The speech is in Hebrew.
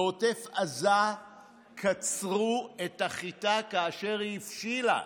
בעוטף עזה קצרו את החיטה כאשר היא הבשילה,